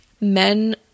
Men